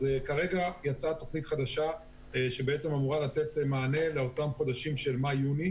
כרגע יצאה תוכנית חדשה שאמורה לתת מענה לחודשים מאי-יוני,